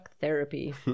therapy